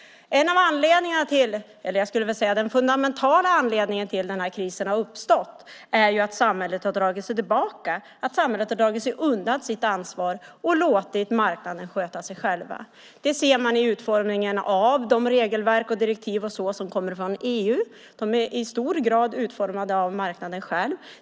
En av anledningarna, den fundamentala anledningen, till att krisen har uppstått är att samhället har dragit sig tillbaka, att samhället har dragit sig undan sitt ansvar och låtit marknaden sköta sig själv. Det ser man i utformningen av de regelverk och direktiv som kommer från EU. De är i hög grad utformade av marknaden själv.